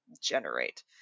generate